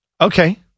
Okay